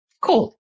Cool